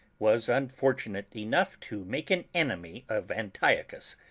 was unfortunate enough to make an enemy of antiochus,